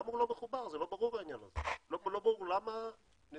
לא ברור למה הוא לא מחובר.